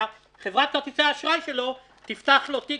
אלא חברת כרטיסי האשראי שלו תפתח לו תיק